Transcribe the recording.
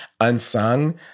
unsung